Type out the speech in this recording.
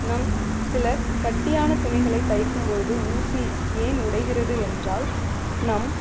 நாம் சில கெட்டியானத் துணிகளைத் தைக்கும் பொழுது ஊசி ஏன் உடைகிறது என்றால் நாம்